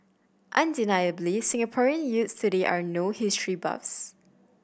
undeniably Singaporean youths today are no history buffs